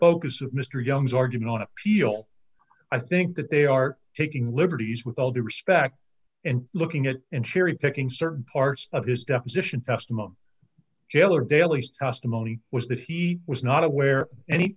focus of mr young's argument on appeal i think that they are taking liberties with all due respect and looking at it and cherry picking certain parts of his deposition testimony jailor daley's testimony was that he was not aware